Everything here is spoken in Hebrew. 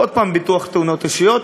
עוד פעם ביטוח תאונות אישיות,